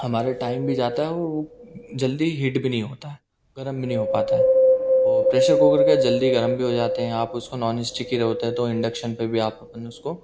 हमारे टाइम भी जाता है जल्दी हीट भी नहीं होता है गरम भी नहीं हो पाता है वो प्रेसर कूकर क्या है जल्दी गरम भी हो जाते हैं आप उसको नॉन स्टिकी अगर होते है तो इन्डक्शन पे भी आप अपन उसको